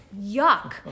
yuck